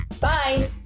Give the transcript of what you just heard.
Bye